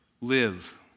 live